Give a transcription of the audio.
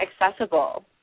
accessible